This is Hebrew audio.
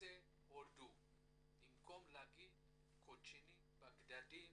יוצאי הודו במקום להגיד קוצ'ינים, בגדדים